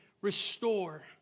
restore